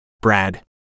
Brad